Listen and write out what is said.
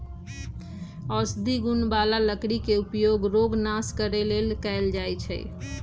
औषधि गुण बला लकड़ी के उपयोग रोग नाश करे लेल कएल जाइ छइ